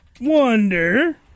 Wonder